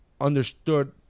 understood